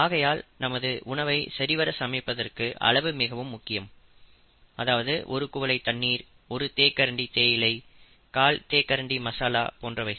ஆகையால் நமது உணவை சரிவர சமைப்பதற்கு அளவு மிகவும் முக்கியம் அதாவது ஒரு குவளை தண்ணீர் ஒரு தேக்கரண்டி தேயிலை கால் தேக்கரண்டி மசாலா போன்றவைகள்